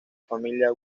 familia